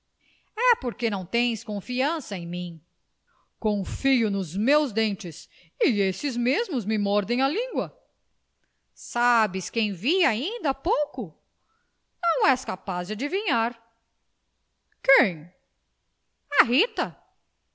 e porque não tens confiança em mim confio nos meus dentes e esses mesmo me mordem a língua sabes quem vi ainda há pouco não és capaz de adivinhar quem a